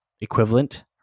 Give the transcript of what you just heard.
equivalent